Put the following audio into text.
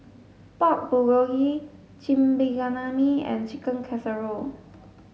Pork Bulgogi Chigenabe and Chicken Casserole